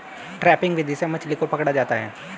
trapping विधि से मछली को पकड़ा होता है